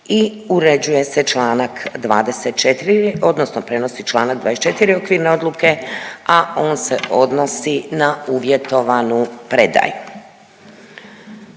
i uređuje se Članak 24. odnosno prenosi Članak 24. okvirne odluke, a on se odnosi na uvjetovanu predaju.